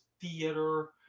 theater